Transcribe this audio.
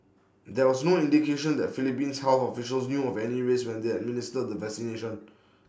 there was no indication that Philippines health officials knew of any risks when they administered the vaccination